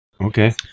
Okay